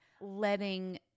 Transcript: letting